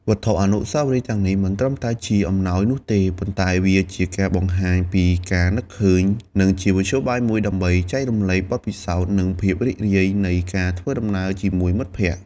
វត្ថុអនុស្សាវរីយ៍ទាំងនេះមិនត្រឹមតែជាអំណោយនោះទេ ប៉ុន្តែវាជាការបង្ហាញពីការនឹកឃើញ និងជាមធ្យោបាយមួយដើម្បីចែករំលែកបទពិសោធន៍ និងភាពរីករាយនៃការធ្វើដំណើរជាមួយមិត្តភក្តិ។